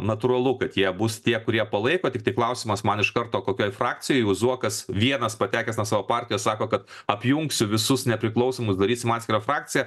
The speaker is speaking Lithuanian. natūralu kad jie bus tie kurie palaiko tiktai klausimas man iš karto kokioj frakcijoje jau zuokas vienas patekęs nuo savo partijos sako kad apjungsiu visus nepriklausomus darysime atskirą frakciją